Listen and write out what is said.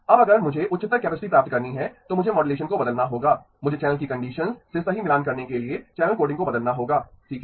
अब अगर मुझे उच्चतर कैपेसिटी प्राप्त करनी है तो मुझे मॉड्यूलेशन को बदलना होगा मुझे चैनल की कंडीशन्स से सही मिलान करने के लिए चैनल कोडिंग को बदलना होगा ठीक है